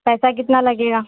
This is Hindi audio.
पैसा कितना लगेगा